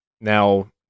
Now